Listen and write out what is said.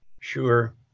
Sure